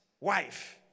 wife